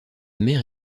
mère